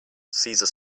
caesar